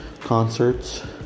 concerts